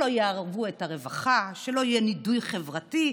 שלא יערבו את הרווחה, שלא יהיה נידוי חברתי.